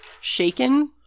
shaken